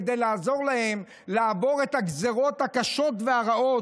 כדי לעזור להן לעבור את הגזרות הקשות והרעות